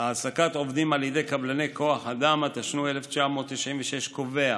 עובדים על ידי קבלני כוח אדם, התשנ"ו 1996, קובע